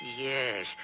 Yes